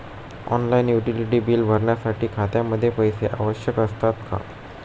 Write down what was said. Online utility बिले भरण्यासाठी खात्यामध्ये पैसे आवश्यक असतात का?